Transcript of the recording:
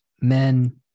men